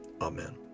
Amen